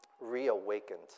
reawakened